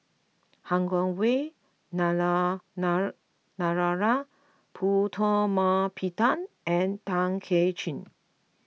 Han Guangwei Narana Narara Putumaippittan and Tay Kay Chin